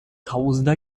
tausender